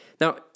Now